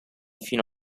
fino